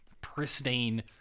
pristine